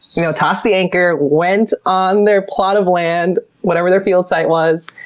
you know, tossed the anchor, went on their plot of land, whatever their field site was,